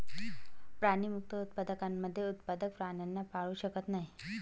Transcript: प्राणीमुक्त उत्पादकांमध्ये उत्पादक प्राण्यांना पाळू शकत नाही